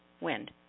wind